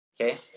Okay